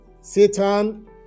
Satan